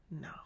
No